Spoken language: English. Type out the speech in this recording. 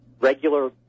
regular